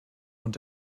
und